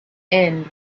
end